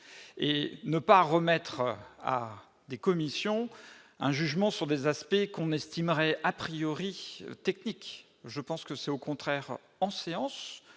et ne pas remettre à des commissions un jugement sur des aspects qu'on estimerait a priori technique, je pense que c'est au contraire en séance